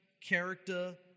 character